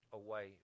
away